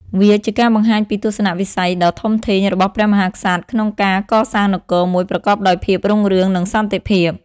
វាជាការបង្ហាញពីទស្សនៈវិស័យដ៏ធំធេងរបស់ព្រះមហាក្សត្រក្នុងការកសាងនគរមួយប្រកបដោយភាពរុងរឿង និងសន្តិភាព។